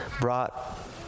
brought